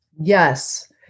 Yes